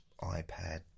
iPad